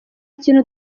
kintu